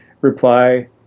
reply